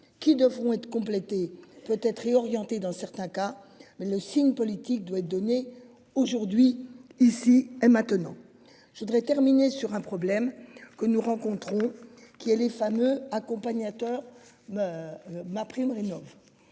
qui devront être complétées peut être réorientée dans certains cas le signe politique doit donner aujourd'hui ici et maintenant. Je voudrais terminer sur un problème que nous rencontrons qui les fameux accompagnateur. Prime.